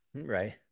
right